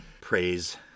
praise